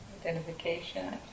identification